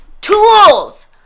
tools